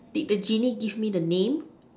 did the genie give me the name